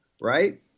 right